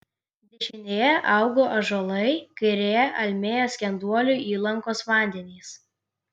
dešinėje augo ąžuolai kairėje almėjo skenduolių įlankos vandenys